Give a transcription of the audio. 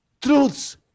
truths